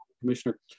commissioner